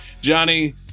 Johnny